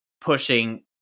pushing